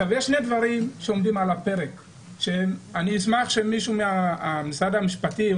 יש שני דברים שעומדים על הפרק ואני אשמח אם מישהו ממשרד המשפטים,